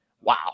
wow